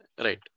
right